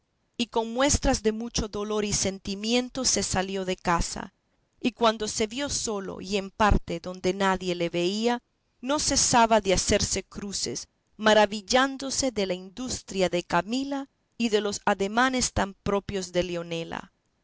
y con muestras de mucho dolor y sentimiento se salió de casa y cuando se vio solo y en parte donde nadie le veía no cesaba de hacerse cruces maravillándose de la industria de camila y de los ademanes tan proprios de leonela